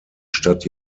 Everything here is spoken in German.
stadt